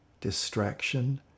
distraction